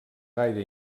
gaire